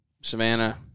Savannah